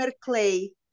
clay